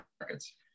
markets